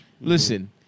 Listen